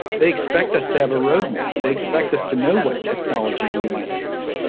they expect us to have a roadmap. they expect us to know what technologies we might use.